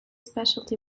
specialty